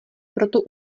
proto